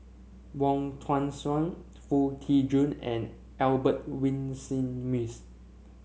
Wong Tuang Seng Foo Tee Jun and Albert Winsemius